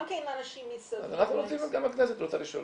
גם כן אנשים- -- גם הכנסת רוצה לשאול,